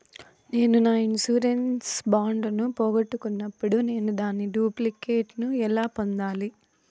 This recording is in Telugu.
నేను నా ఇన్సూరెన్సు బాండు ను పోగొట్టుకున్నప్పుడు నేను దాని డూప్లికేట్ ను ఎలా పొందాలి?